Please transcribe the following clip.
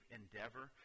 endeavor